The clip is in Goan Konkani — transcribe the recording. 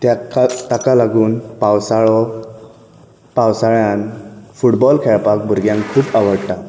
तेका ताका लागून पावसाळो पावसाळ्यांत फुटबॉल खेळपाक भुरग्यांक खूब आवडटा